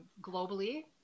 globally